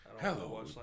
Hello